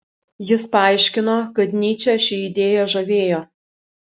jis paaiškino kad nyčę ši idėja žavėjo